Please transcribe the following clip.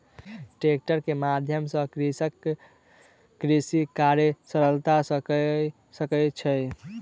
tractor के माध्यम सॅ कृषक कृषि कार्य सरलता सॅ कय सकै छै